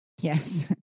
Yes